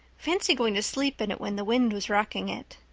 fancy going to sleep in it when the wind was rocking it.